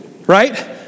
Right